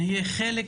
שנהיה חלק